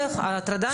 הפוגעים.